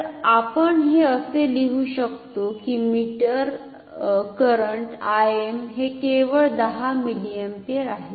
तर आपण हे लिहू शकतो की मीटर करंट Im हे केवळ 10 मिलीअम्पियर आहे